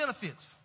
benefits